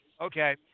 okay